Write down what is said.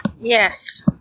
Yes